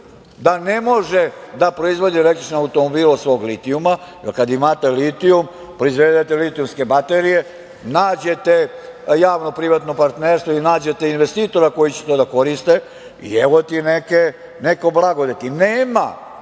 da ne može da proizvodi električne automobile od svog litijuma jer kada imate litijum, proizvedete litijumske baterije, nađete javno-privatno partnerstvo ili nađete investitora koji će to da koristi i evo ti neke blagodeti. Nema